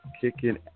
kicking